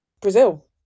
Brazil